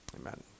amen